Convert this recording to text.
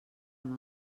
amb